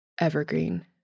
Evergreen